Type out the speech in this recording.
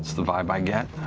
the vibe i get.